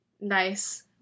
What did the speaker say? nice